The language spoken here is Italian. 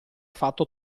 fatto